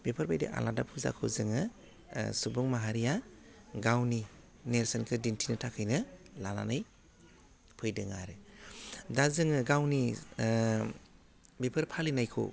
बेफोर बायदि आलादा फुजाखौ जोङो सुबुं माहारिया गावनि नेर्सोनखौ दिन्थिनो थाखायनो लानानै फैदों आरो दा जोङो गावनि बेफोर फालिनायखौ